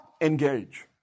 engage